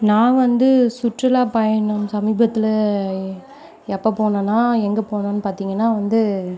நான் வந்து சுற்றுலா பயணம் சமீபத்தில் எப்போ போனோன்னா எங்கே போனேன் பார்த்திங்கனா வந்து